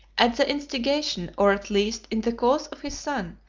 at the instigation, or at least in the cause of his son,